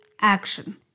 action